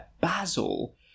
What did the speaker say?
basil